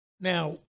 now